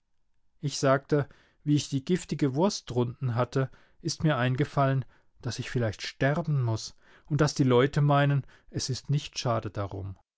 ich sagte wie ich die giftige wurst drunten hatte ist mir eingefallen daß ich vielleicht sterben muß und daß die leute meinen es ist nicht schade darum